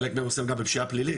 חלק מהם עוסק גם בפשיעה פלילית,